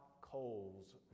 coals